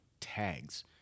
tags